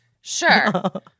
Sure